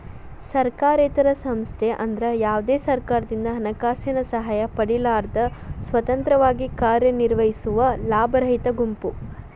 ಸರ್ಕಾರೇತರ ಸಂಸ್ಥೆ ಅಂದ್ರ ಯಾವ್ದೇ ಸರ್ಕಾರದಿಂದ ಹಣಕಾಸಿನ ಸಹಾಯ ಪಡಿಲಾರ್ದ ಸ್ವತಂತ್ರವಾಗಿ ಕಾರ್ಯನಿರ್ವಹಿಸುವ ಲಾಭರಹಿತ ಗುಂಪು